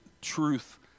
truth